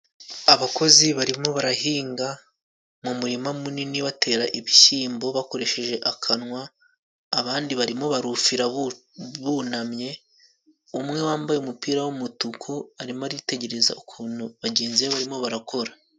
Abakozi barimo barahinga mu murima munini batera ibishyimbo bakoresheje akanwa abandi barimo barufira, bunamye umwe wambaye umupira w'umutuku arimo aritegereza ukuntu bagenzi be barimo barakora.